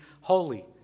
holy